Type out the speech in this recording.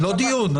לא דיון,